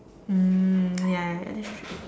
mm ya that's true